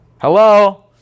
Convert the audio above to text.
Hello